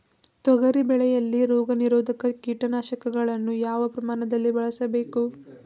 ತೊಗರಿ ಬೆಳೆಯಲ್ಲಿ ರೋಗನಿರೋಧ ಕೀಟನಾಶಕಗಳನ್ನು ಯಾವ ಪ್ರಮಾಣದಲ್ಲಿ ಬಳಸಬೇಕು?